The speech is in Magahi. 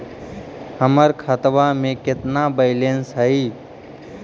हमर खतबा में केतना बैलेंस हई?